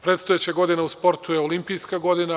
Predstojeća godina u sportu je olimpijska godina.